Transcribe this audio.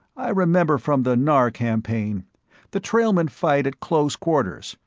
i remember from the narr campaign the trailmen fight at close quarters,